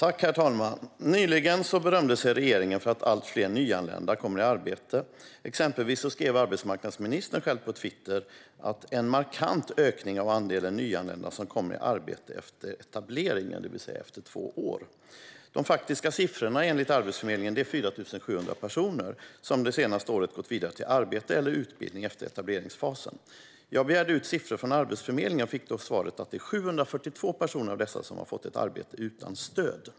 Herr talman! Nyligen berömde sig regeringen för att allt fler nyanlända kommer i arbete. Exempelvis skrev arbetsmarknadsministern själv på Twitter att det är en markant ökning av andelen nyanlända som kommer i arbete efter etableringen, det vill säga efter två år. De faktiska siffrorna är enligt Arbetsförmedlingen att det är 4 700 personer som under det senaste året har gått vidare till arbete eller utbildning efter etableringsfasen. Jag begärde ut siffror från Arbetsförmedlingen och fick svaret att det är 742 personer av dessa som har fått ett arbete utan stöd.